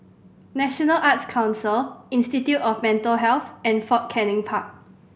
National Arts Council Institute of Mental Health and Fort Canning Park